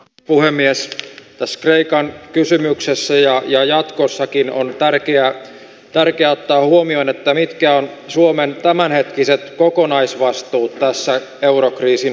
arvoisa puhemies taas kreikan kysymyksessä ja ja jatkossakin on tärkeää tärkeää ottaa huomioon että mikä on suomen tämänhetkiset kokonaisvastuu tässä eurokriisin